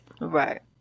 Right